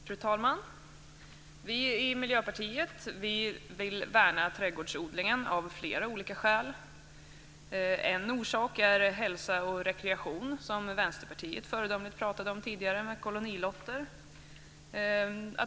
Fru talman! Vi i Miljöpartiet vill värna trädgårdsodlingen av flera olika skäl. En orsak är hälsa och rekreation, och Vänsterpartiet pratade här tidigare föredömligt om kolonilotter.